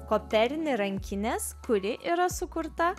koperini rankinės kuri yra sukurta